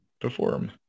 perform